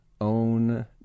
own